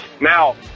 Now